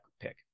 pick